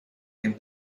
him